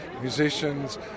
musicians